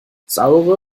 saure